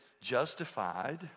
justified